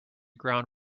ground